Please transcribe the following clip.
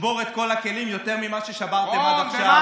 נשבור את כל הכלים, יותר ממה ששברתם עד עכשיו.